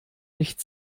nicht